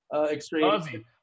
Extreme